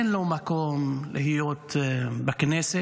אין לו מקום להיות בכנסת,